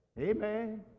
Amen